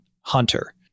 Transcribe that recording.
Hunter